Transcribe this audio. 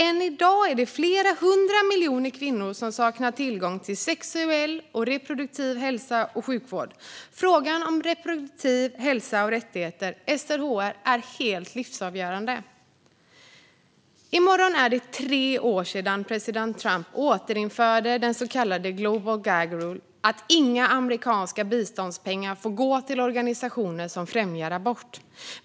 Än i dag är det fler hundra miljoner kvinnor som saknar tillgång till sexuell och reproduktiv hälso och sjukvård. Frågan om sexuell och reproduktiv hälsa och rättigheter, SRHR, är helt livsavgörande. I morgon är det tre år sedan president Trump återinförde den så kallade global gag rule, att inga amerikanska biståndspengar får gå till organisationer som främjar abort.